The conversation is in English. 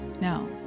No